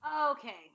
Okay